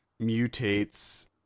mutates